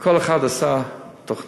כל אחד עשה תוכנית,